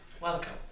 Welcome